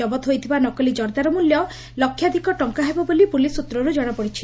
ଜବତ ହୋଇଥିବା ନକଲି ଜର୍ଦ୍ଦାର ମୂଲ୍ୟ ଲକ୍ଷାଧିକ ଟଙ୍କା ହେବ ବୋଲି ପୁଲିସ୍ ସୃତ୍ରରୁ ଜଣାପଡ଼ିଛି